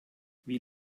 wie